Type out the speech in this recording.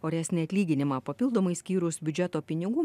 oresnį atlyginimą papildomai skyrus biudžeto pinigų